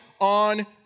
on